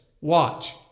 Watch